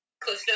close